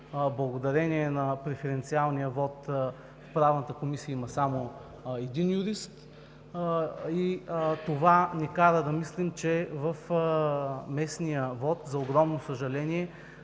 благодарение на преференциалния вот, в Правната комисия има само един юрист. Това ни кара да мислим, че в местния вот за огромно съжаление